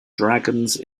dragons